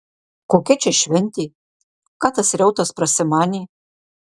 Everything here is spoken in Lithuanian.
kokia čia šventė ką tas reutas prasimanė